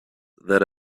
that